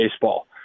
baseball